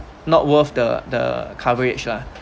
not worth the the coverage lah